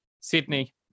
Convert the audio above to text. Sydney